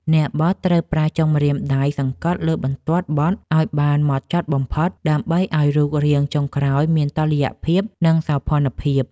អ្នកបត់ត្រូវប្រើចុងម្រាមដៃសង្កត់លើបន្ទាត់បត់ឱ្យបានហ្មត់ចត់បំផុត ដើម្បីឱ្យរូបរាងចុងក្រោយមានតុល្យភាព និងសោភ័ណភាព។